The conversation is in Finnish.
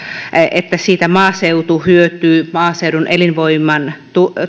että siitä maaseutu hyötyy että maaseudun elinvoiman